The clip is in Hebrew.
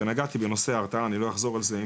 ונגעתי בנושא ההרתעה אז אני לא אחזור על זה אם